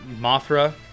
Mothra